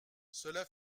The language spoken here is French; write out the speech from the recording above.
cela